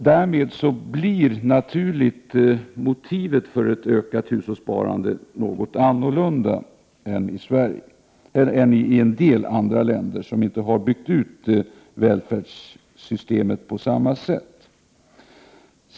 Därmed blir motivet för en ökning av hushållssparandet ett annat i Sverige än i vissa länder där välfärdssystemet inte har byggts ut på samma sätt.